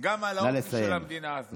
גם על האופי של המדינה הזאת.